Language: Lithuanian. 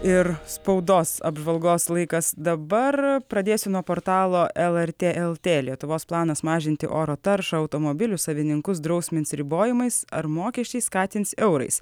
ir spaudos apžvalgos laikas dabar pradėsiu nuo portalo lrt lt lietuvos planas mažinti oro taršą automobilių savininkus drausmins ribojimais ar mokesčiai skatins eurais